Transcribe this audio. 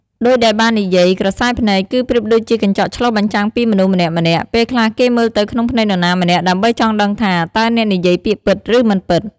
ដូចដែលបាននិយាយ ក្រសែភ្នែក គឺប្រៀបដូចជាកញ្ចក់ឆ្លុះបញ្ចាំងពីមនុស្សម្នាក់ៗ ពេលខ្លះគេមើលទៅក្នុងភ្នែកនរណាម្នាក់ ដើម្បីចង់ដឹងថា តើអ្នកនិយាយពាក្យពិត ឬ មិនពិត។